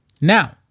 Now